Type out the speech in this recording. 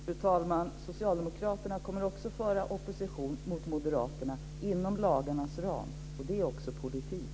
Fru talman! Socialdemokraterna kommer också att föra opposition mot Moderaterna inom lagarnas ram, och det är också politik.